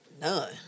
None